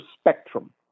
spectrum